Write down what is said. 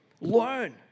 Learn